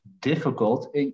Difficult